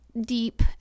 deep